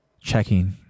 checking